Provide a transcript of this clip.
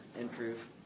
improve